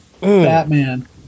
Batman